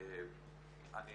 אני